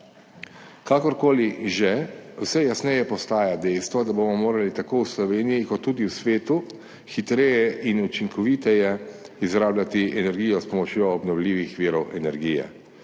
Kakorkoli že, vse jasneje postaja dejstvo, da bomo morali tako v Sloveniji kot tudi v svetu, hitreje in učinkoviteje izrabljati energijo s pomočjo obnovljivih virov energije.